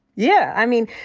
yeah. i mean,